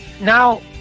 Now